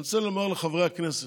אני רוצה לומר לחברי הכנסת: